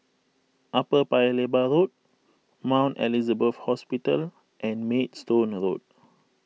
Upper Paya Lebar Road Mount Elizabeth Hospital and Maidstone Road